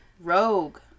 Rogue